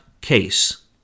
case